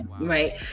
Right